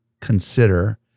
consider